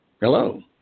Hello